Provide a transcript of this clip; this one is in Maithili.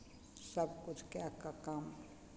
सभकिछु कए कऽ काम